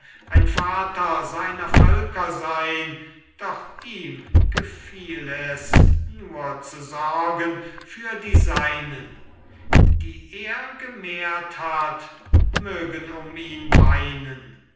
ein vater seiner völker sein doch ihm gefiel es nur zu sorgen für die seinen die er gemehrt hat mögen um ihn weinen